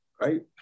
right